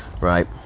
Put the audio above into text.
right